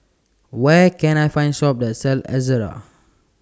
Where Can I Find Shop that sells Ezerra